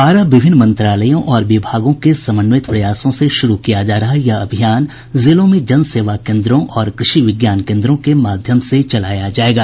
बारह विभिन्न मंत्रालयों और विभागों के समन्वित प्रयासों से शुरू किया जा रहा यह अभियान जिलों में जन सेवा केन्द्रों और कृषि विज्ञान केन्द्रों के माध्यम से चलाया जायेगा